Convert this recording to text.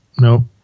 no